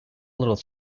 little